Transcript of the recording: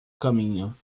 caminho